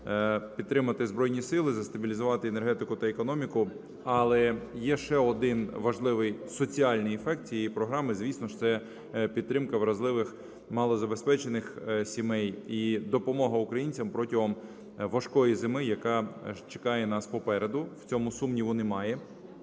підтримати Збройні Сили, застабілізувати енергетику та економіку. Але є ще один важливий соціальний ефект цієї програми – звісно ж, це підтримка вразливих, малозабезпечених сімей і допомога українцям протягом важкої зими, яка чекає нас попереду, в цьому сумніву немає.